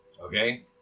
Okay